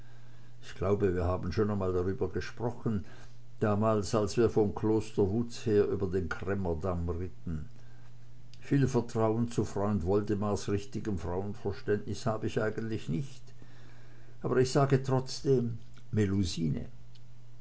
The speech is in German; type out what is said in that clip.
ich glaube wir haben schon mal darüber gesprochen damals als wir von kloster wutz her über den cremmer damm ritten viel vertrauen zu freund woldemars richtigem frauenverständnis hab ich eigentlich nicht aber ich sage trotzdem